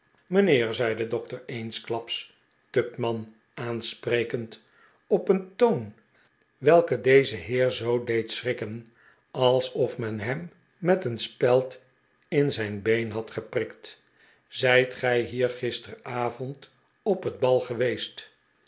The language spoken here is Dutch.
mijnheer zei de dokter eensklaps tupman aansprekend op een toon welke dezen heer zoo deed schrikken alsof men hem met een speld in zijn been had geprikt zijt gij hier gisteravond op het bal geweest